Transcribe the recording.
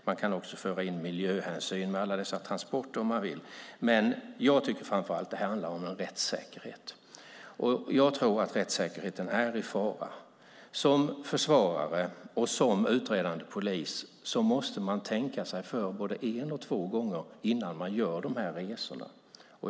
Man kan också föra in frågan om miljöhänsyn med alla dessa transporter. Men jag tycker framför allt att det här handlar om rättssäkerhet. Jag tror att rättssäkerheten är i fara. Som försvarare och som utredande polis måste man tänka sig för både en och två gånger innan man gör de här resorna.